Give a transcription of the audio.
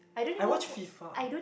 I watch FIFA